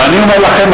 ואני אומר לכם,